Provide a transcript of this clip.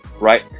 right